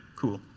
cool.